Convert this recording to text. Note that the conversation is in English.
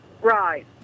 Right